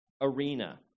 arena